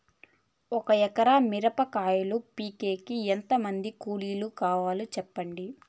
ఒక ఎకరా మిరప కాయలు పీకేకి ఎంత మంది కూలీలు కావాలి? సెప్పండి?